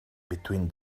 between